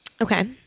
Okay